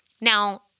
Now